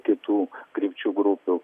kitų krypčių grupių